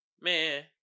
Man